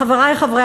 חברי חברי